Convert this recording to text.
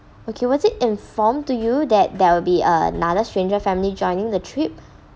okay was it informed to you that there will be uh another stranger family joining the trip